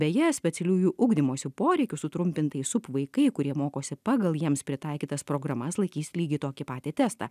beje specialiųjų ugdymosi poreikių sutrumpintai sup vaikai kurie mokosi pagal jiems pritaikytas programas laikys lygiai tokį patį testą